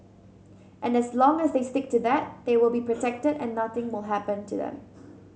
and as long as they stick to that they will be protected and nothing will happen to them